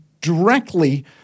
directly